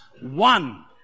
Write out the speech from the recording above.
one